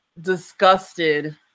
disgusted